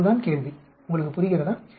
அது தான் கேள்வி உங்களுக்குப் புரிகிறதா